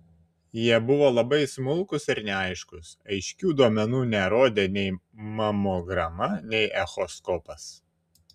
jie buvo labai smulkūs ir neaiškūs aiškių duomenų nerodė nei mamograma nei echoskopas